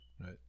Right